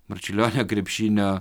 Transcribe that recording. marčiulionio krepšinio